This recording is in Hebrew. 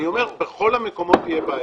אני אומר, בכל המקומות יהיה בעיה.